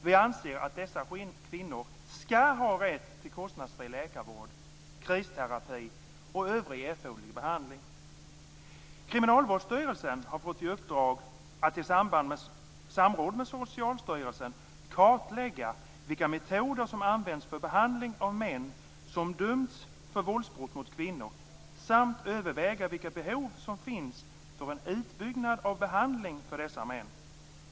Vi anser att dessa kvinnor skall ha rätt till kostnadsfri läkarvård, kristerapi och övrig erforderlig behandling. Kriminalvårdsstyrelsen har fått i uppdrag att i samråd med Socialstyrelsen kartlägga vilka metoder som används för behandling av män som dömts för våldsbrott mot kvinnor samt överväga vilka behov som finns för en utbyggnad av behandlingen för dessa män.